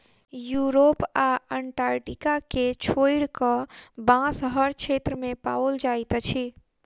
Europe आ Antarctica के छोइड़ कअ, बांस हर क्षेत्र में पाओल जाइत अछि